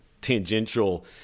tangential